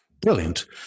Brilliant